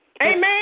Amen